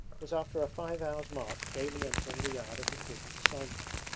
was after a five-hours' march gaily entering the yard of the quarters assigned to him.